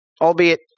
albeit